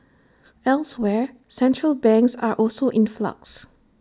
elsewhere central banks are also in flux